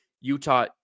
Utah